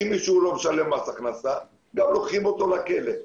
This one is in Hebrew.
אם מישהו לא משלם מס הכנסה אז הוא עלול להגיע לכלא.